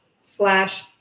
slash